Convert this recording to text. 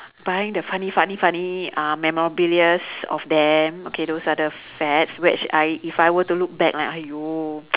buying the funny funny funny uh memorabilias of them okay those are the fads which I if I were to look back lah !aiyo!